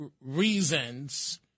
reasons